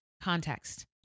Context